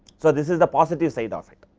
so, this is the positive side of it.